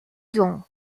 don